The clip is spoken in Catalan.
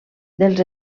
dels